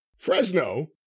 Fresno